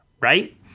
right